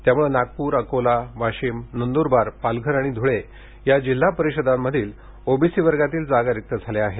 त्यामुळ नागपूर अकोला वाशिम नंदूरबार पालघर आणि धुळे या जिल्हा परिषदांमधील ओबीसी वर्गातील जागा रिक्त झाल्या आहेत